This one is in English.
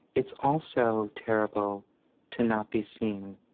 it's also terrible to not be seen.